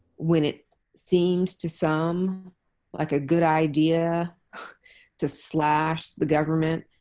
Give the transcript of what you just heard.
when it seems to some like a good idea to slash the government,